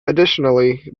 additionally